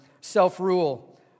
self-rule